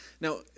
Now